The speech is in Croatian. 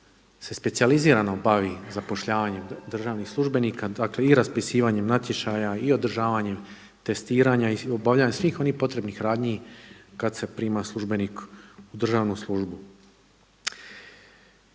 se specijalizirano bavi zapošljavanjem državnih službenika, dakle i raspisivanjem natječaja i održavanjem testiranja i obavljanja svih onih potrebnih radnji kad se prima službenik u državnu službu.